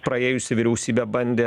praėjusi vyriausybė bandė